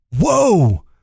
Whoa